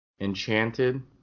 Enchanted